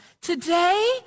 Today